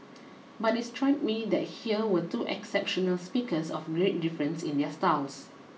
but it struck me that here were two exceptional speakers of great difference in their styles